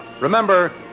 Remember